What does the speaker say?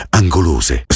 angolose